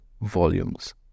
volumes